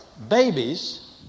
Babies